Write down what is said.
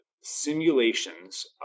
simulations